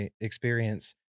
experience